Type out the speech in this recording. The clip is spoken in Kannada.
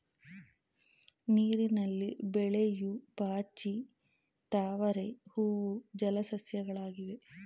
ನೀರಿನಲ್ಲಿ ಬೆಳೆಯೂ ಪಾಚಿ, ತಾವರೆ ಹೂವು ಜಲ ಸಸ್ಯಗಳಾಗಿವೆ